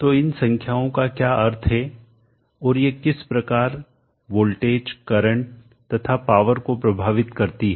तो इन संख्याओं का क्या अर्थ है और ये किस प्रकार वोल्टेज करंट तथा पावर को प्रभावित करती है